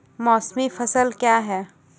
मौसमी फसल क्या हैं?